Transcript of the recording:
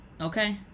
okay